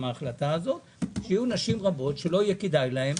בגלל ההפגנה מתחת לבית שלך כשביקשת את הישיבה הזאת,